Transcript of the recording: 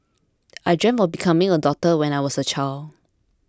I dreamt of becoming a doctor when I was a child